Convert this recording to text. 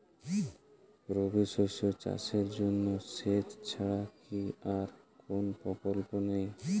রবি শস্য চাষের জন্য সেচ ছাড়া কি আর কোন বিকল্প নেই?